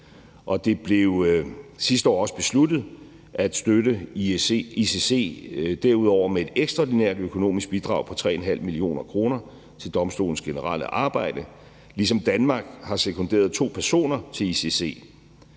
det blev sidste år også besluttet derudover at støtte ICC med et ekstraordinært økonomisk bidrag på 3,5 mio. kr. til domstolens generelle arbejde, ligesom Danmark har sekunderet to personer til ICC.